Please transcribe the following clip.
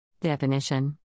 Definition